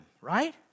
right